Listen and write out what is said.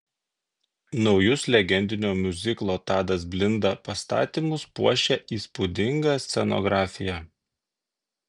naujus legendinio miuziklo tadas blinda pastatymus puošia įspūdinga scenografija